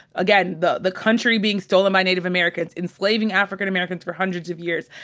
again, the the country being stolen by native americans, enslaving african americans for hundreds of years.